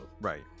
Right